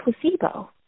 placebo